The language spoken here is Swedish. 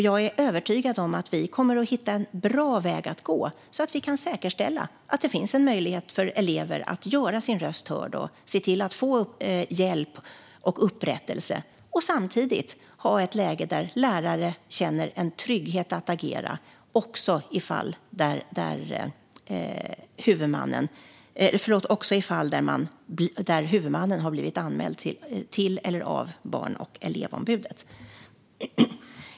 Jag är övertygad om att vi kommer att hitta en bra väg att gå, så att vi kan säkerställa att det finns en möjlighet för elever att göra sin röst hörd och att få hjälp och upprättelse, samtidigt som vi har ett läge där lärare känner en trygghet att agera också i fall där huvudmannen har blivit anmäld till eller av Barn och elevombudet.